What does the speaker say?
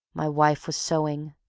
my wife was sewing,